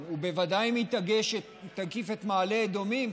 ובוודאי אם היא תקיף את מעלה אדומים,